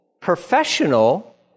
professional